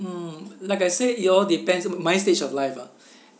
mm like I said it all depends m~ my stage of life ah